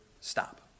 stop